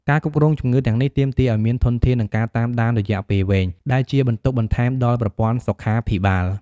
ការគ្រប់គ្រងជំងឺទាំងនេះទាមទារអោយមានធនធាន និងការតាមដានរយៈពេលវែង ដែលជាបន្ទុកបន្ថែមដល់ប្រព័ន្ធសុខាភិបាល។